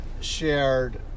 shared